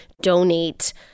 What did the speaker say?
donate